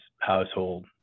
household